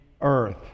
earth